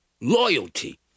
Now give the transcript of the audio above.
loyalty